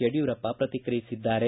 ಯಡಿಯೂರಪ್ಪ ಪ್ರತಿಕ್ರಿಯಿಸಿದ್ದಾರೆ